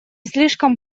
слишком